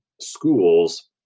schools